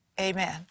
Amen